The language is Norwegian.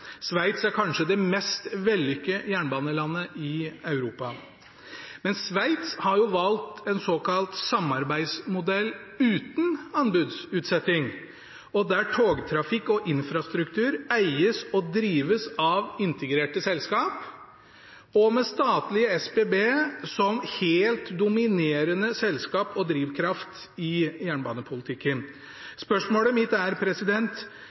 Sveits er kanskje det mest vellykkede jernbanelandet i Europa. Men Sveits har jo valgt en såkalt samarbeidsmodell uten anbudsutsetting, der togtrafikk og infrastruktur eies og drives av integrerte selskap og med statlige SBB som helt dominerende selskap og drivkraft i jernbanepolitikken. Spørsmålet mitt er: